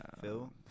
Phil